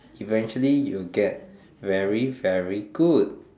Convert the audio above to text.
eventually you will get very very good